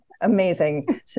Amazing